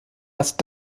erst